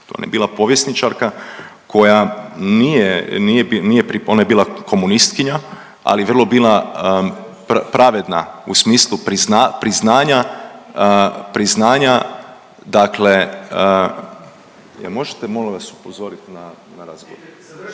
ona je bila povjesničarka koja nije, ona je bila komunistkinja, ali je vrlo bila pravedna u smislu priznanja… jel možete molim vas upozorit na razgovor?